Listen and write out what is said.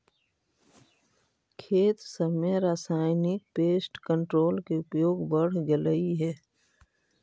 खेत सब में रासायनिक पेस्ट कंट्रोल के उपयोग बढ़ गेलई हे